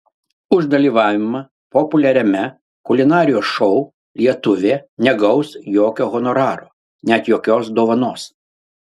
už dalyvavimą populiariame kulinarijos šou lietuvė negaus jokio honoraro net jokios dovanos